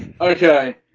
Okay